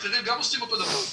האחרים גם עושים את אותו הדבר.